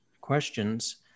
questions